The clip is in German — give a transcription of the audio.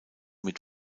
mit